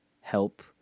help